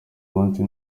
munsi